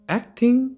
acting